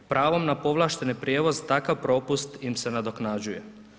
Pravom na povlašteni prijevoz, takav propust im se nadoknađuje.